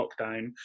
lockdown